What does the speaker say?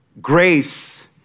grace